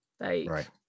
Right